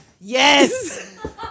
Yes